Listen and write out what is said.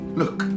look